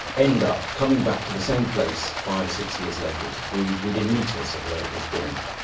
end up coming back to the same place five or six years later to breed within metres of where it was born,